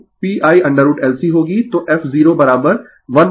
तो f 012 pI√LC hertz यह अनुनाद आवृत्ति है